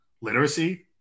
Literacy